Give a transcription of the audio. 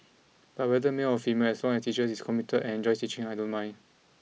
but whether male or female as long as teacher is committed and enjoys teaching I don't mind